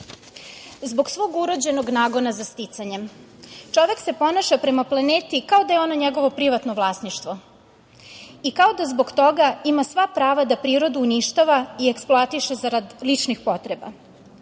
Zbog svog urođenog nagona za sticanjem čovek se ponaša prema planeti kao da je ona njegovo privatno vlasništvo i kao da zbog toga ima sva prava da prirodu uništava i eksploatiše za rad ličnih potreba. Ustavom